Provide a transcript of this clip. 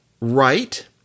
right